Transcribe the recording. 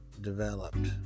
developed